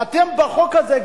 בחוק הזה,